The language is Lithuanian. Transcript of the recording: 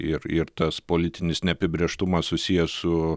ir ir tas politinis neapibrėžtumas susijęs su